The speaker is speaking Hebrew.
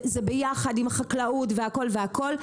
זה ביחד עם החקלאות והכול והכול,